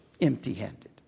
empty-handed